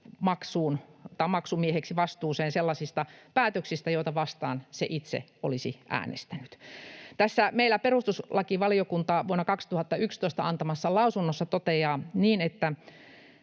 maksumieheksi, vastuuseen sellaisista päätöksistä, joita vastaan se itse olisi äänestänyt. Meillä perustuslakivaliokunta vuonna 2011 antamassaan lausunnossaan toteaa niin, että